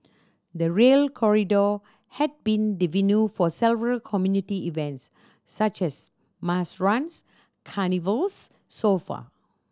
the Rail Corridor has been the venue for several community events such as mass runs carnivals so far